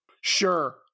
Sure